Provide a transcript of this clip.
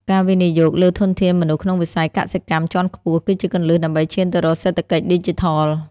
ការវិនិយោគលើធនធានមនុស្សក្នុងវិស័យកសិកម្មជាន់ខ្ពស់ គឺជាគន្លឹះដើម្បីឈានទៅរកសេដ្ឋកិច្ចឌីជីថល។